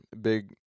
big